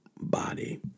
body